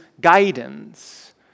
guidance